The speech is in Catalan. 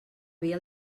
via